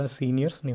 seniors